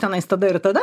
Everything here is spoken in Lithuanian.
tenais tada ir tada